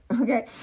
okay